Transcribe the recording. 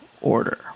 order